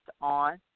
on